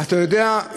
אתה יודע,